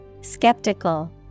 Skeptical